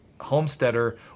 homesteader